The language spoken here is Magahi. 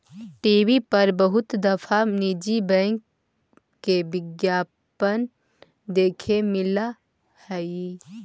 टी.वी पर बहुत दफा निजी बैंक के विज्ञापन देखे मिला हई